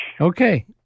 Okay